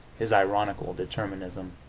his ironical determinism.